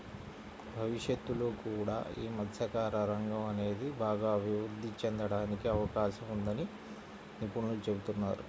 భవిష్యత్తులో కూడా యీ మత్స్యకార రంగం అనేది బాగా అభిరుద్ధి చెందడానికి అవకాశం ఉందని నిపుణులు చెబుతున్నారు